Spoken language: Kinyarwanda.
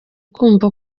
kumva